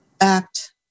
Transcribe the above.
Act